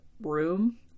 room